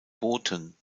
boten